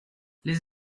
les